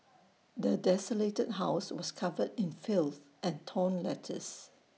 the desolated house was covered in filth and torn letters